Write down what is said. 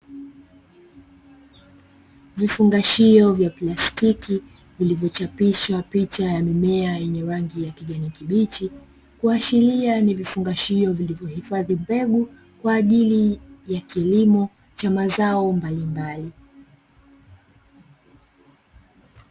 Vifungashio vya plastiki vilivyochapishwa picha ya mimea yenye rangi ya kijani kibichi kuashiria ni vifungashio vilivyohifadhi mbegu kwa ajili ya kilimo cha mazao mbalimbali.